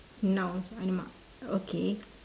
nouns alamak okay